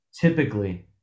typically